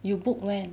you book when